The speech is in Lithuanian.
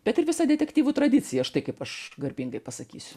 bet ir visa detektyvų tradicija štai kaip aš garbingai pasakysiu